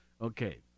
Okay